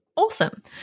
Awesome